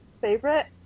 favorite